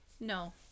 No